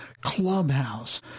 clubhouse